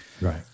Right